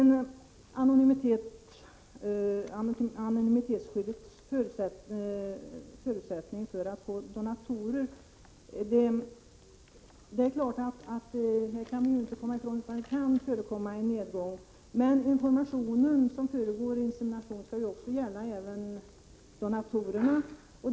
När det gäller anonymitetsskyddet som förutsättning för att få donatorer är det klart att man inte kan komma ifrån att det kan inträffa en nedgång. Men den information som föregår inseminationen skall ju även gälla donatorerna.